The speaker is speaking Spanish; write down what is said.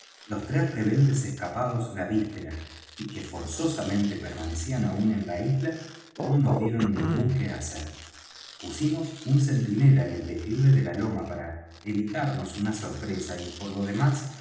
los tres rebeldes escapados la víspera y que forzosamente permanecían aún en la isla no nos dieron ningún quehacer pusimos un centinela en el declive de la loma para evitarnos una sorpresa y por lo demás